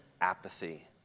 apathy